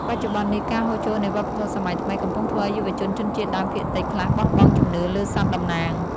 បច្ចុប្បន្ននេះ ការហូរចូលនៃវប្បធម៌សម័យថ្មី កំពុងធ្វើឱ្យយុវជនជនជាតិដើមភាគតិចខ្លះបោះបង់ជំនឿលើសត្វតំណាង។